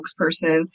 spokesperson